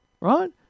right